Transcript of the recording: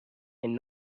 and